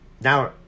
Now